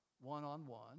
one-on-one